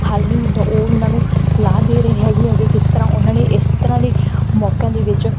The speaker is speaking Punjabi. ਹੱਲ ਨਹੀਂ ਹੁੰਦਾ ਉਹ ਉਹਨਾਂ ਨੂੰ ਸਲਾਹ ਦੇ ਰਹੇ ਹੈਗੇ ਹੈਗੇ ਕਿਸ ਤਰ੍ਹਾਂ ਉਹਨਾਂ ਨੇ ਇਸ ਤਰ੍ਹਾਂ ਦੇ ਮੋਕਿਆਂ ਦੇ ਵਿੱਚ